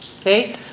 Okay